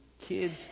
kids